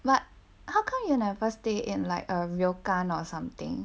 but how come you never stay in like a ryokan or something